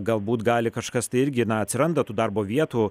galbūt gali kažkas tai irgi na atsiranda tų darbo vietų